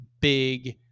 big